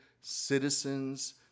citizens